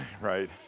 Right